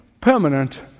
permanent